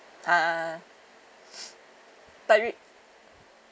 ah but re~